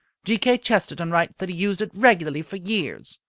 g. k. chesterton writes that he used it regularly for years.